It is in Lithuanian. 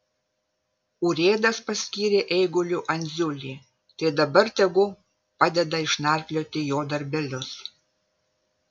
urėdas paskyrė eiguliu andziulį tai dabar tegu padeda išnarplioti jo darbelius